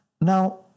Now